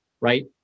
right